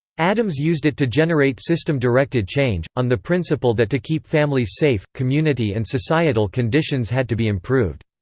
addams used it to generate system-directed change, on the principle that to keep families safe, community and societal conditions had to be improved.